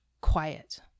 quiet